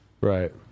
Right